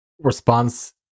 response